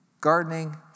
gardening